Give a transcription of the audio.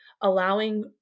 allowing